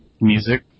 Music